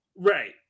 Right